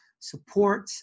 support